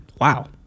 Wow